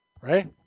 Right